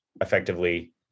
effectively